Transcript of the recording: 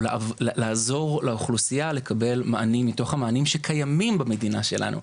לעזור לאוכלוסיה לקבל מענים מתוך המענים שקיימים במדינה שלנו.